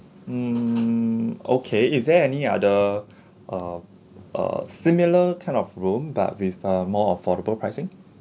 mm okay is there any other uh uh similar kind of room but with a more affordable pricing